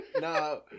No